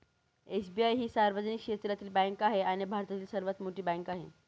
SBI ही सार्वजनिक क्षेत्रातील बँक आहे आणि भारतातील सर्वात मोठी बँक आहे